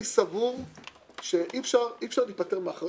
אני סבור שאי אפשר להיפטר מאחריות.